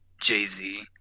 Jay-Z